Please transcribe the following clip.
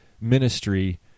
ministry